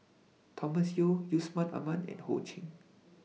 Thomas Yeo Yusman Aman and Ho Ching